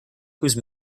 whose